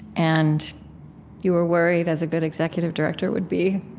and you were worried, as a good executive director would be,